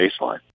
baseline